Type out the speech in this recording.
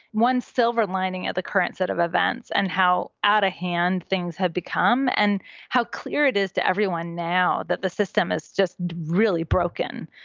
one silver lining at the current set of events and how out of hand things have become and how clear it is to everyone now that the system is just really broken.